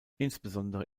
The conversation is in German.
insbesondere